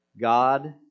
God